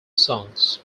songs